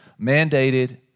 mandated